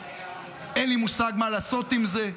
אין לי מושג מה לעשות עם זה?